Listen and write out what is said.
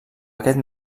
aquest